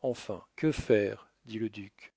enfin que faire dit le duc